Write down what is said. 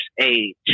age